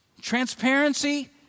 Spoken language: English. Transparency